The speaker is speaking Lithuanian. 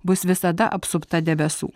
bus visada apsupta debesų